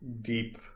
deep